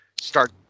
start